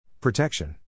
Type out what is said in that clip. Protection